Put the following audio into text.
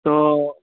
تو